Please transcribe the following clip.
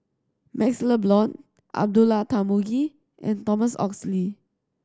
MaxLe Blond Abdullah Tarmugi and Thomas Oxley